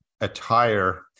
attire